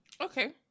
Okay